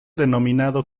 denominado